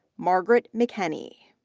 margaret mchenney.